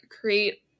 create